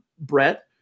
Brett